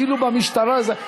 כאילו במשטרה זה,